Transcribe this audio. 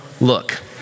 look